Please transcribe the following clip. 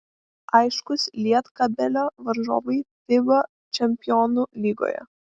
aiškūs lietkabelio varžovai fiba čempionų lygoje